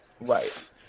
Right